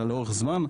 אלא לאורך זמן,